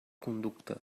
conducta